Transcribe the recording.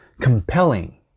compelling